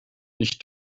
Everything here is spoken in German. nicht